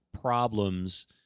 problems